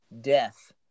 death